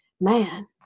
man